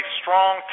strong